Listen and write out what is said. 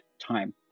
time